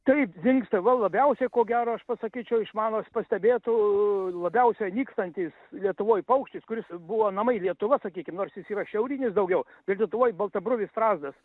taip dingsta va labiausiai ko gero aš pasakyčiau iš mano s pastebėtų labiausiai nykstantys lietuvoj paukštis kuris buvo namai lietuva sakykim nors jis yra šiaurinis daugiau ir lietuvoj baltabruvis strazdas